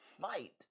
fight